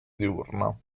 diurna